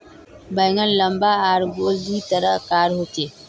बैंगन लम्बा आर गोल दी तरह कार होचे